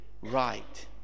right